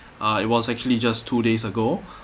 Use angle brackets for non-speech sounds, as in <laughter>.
ah it was actually just two days ago <breath>